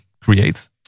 create